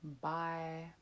bye